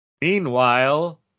Meanwhile